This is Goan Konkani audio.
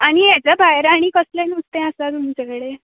आनी हेज्या भायर आनी कसलें नुस्तें आसा तुमचें कडेन